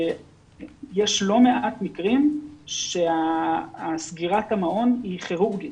יש לא מעט מקרים שסגירת המעון היא כירורגית.